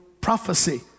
prophecy